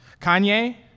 Kanye